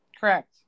Correct